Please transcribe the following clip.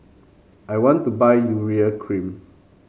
I want to buy Urea Cream